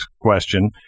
question